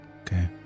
Okay